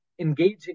engaging